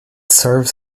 serves